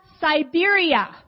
Siberia